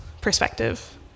perspective